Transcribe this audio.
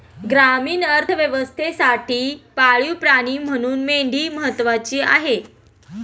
ग्रामीण अर्थव्यवस्थेसाठी पाळीव प्राणी म्हणून मेंढी महत्त्वाची आहे